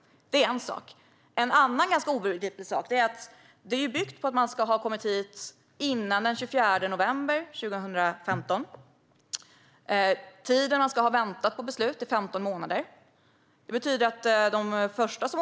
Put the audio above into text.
Det är en sak. En annan obegriplig sak är att det bygger på att man ska ha kommit hit före den 24 november 2015. Tiden man ska ha väntat på beslut är 15 månader.